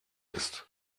ist